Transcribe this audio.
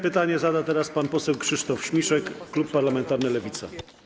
Pytanie zada teraz pan poseł Krzysztof Śmiszek, Klub Parlamentarny Lewica.